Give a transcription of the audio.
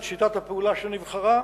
את שיטת הפעולה שנבחרה,